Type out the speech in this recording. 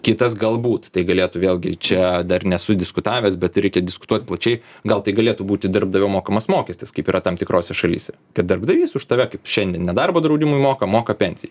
kitas galbūt tai galėtų vėlgi čia dar nesu diskutavęs bet reikia diskutuot plačiai gal tai galėtų būti darbdavio mokamas mokestis kaip yra tam tikrose šalyse kad darbdavys už tave kaip šiandien nedarbo draudimui moka moka pensijai